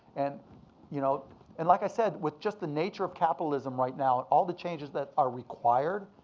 and you know and like i said, with just the nature of capitalism right now and all the changes that are required,